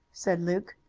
said luke.